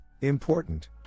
Important